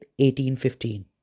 1815